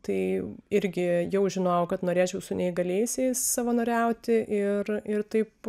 tai irgi jau žinojau kad norėčiau su neįgaliaisiais savanoriauti ir ir taip